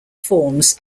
forms